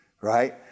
right